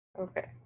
Okay